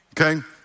Okay